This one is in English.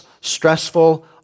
stressful